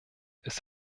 ist